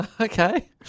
Okay